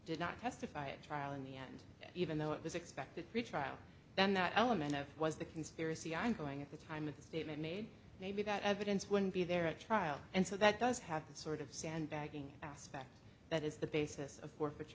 did not testify a trial in the end even though it was expected pretrial then that element of was the conspiracy i'm going at the time of the statement made maybe that evidence would be there at trial and so that does have the sort of sandbagging aspect that is the basis of work which